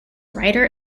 writer